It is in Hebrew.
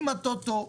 עם הטוטו,